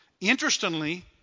Interestingly